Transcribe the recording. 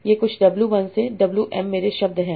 ये कुछ w1 से wm मेरे शब्द हैं